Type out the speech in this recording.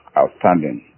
outstanding